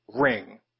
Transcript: ring